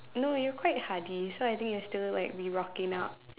no you're quite hardy so I think you'll still be rocking out